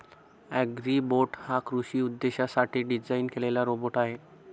Agribot हा कृषी उद्देशांसाठी डिझाइन केलेला रोबोट आहे